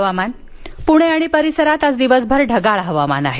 हवामान पूणे आणि परिसरात आज दिवसभर ढगाळ हवामान आहे